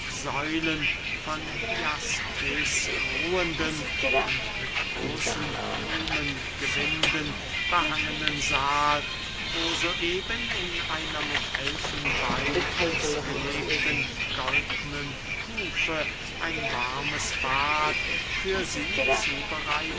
säulen von jaspis ruhenden und mit großen blumengewinden behangenen sahl wo so eben in einer mit elfenbein ausgelegten goldnen kufe ein warmes bad für sie zubereitet